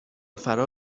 فرا